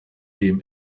dem